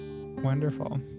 Wonderful